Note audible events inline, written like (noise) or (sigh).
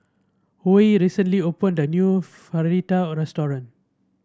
Huy recently opened a new (unintelligible) Raita Restaurant